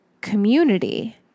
community